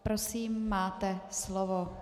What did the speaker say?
Prosím, máte slovo.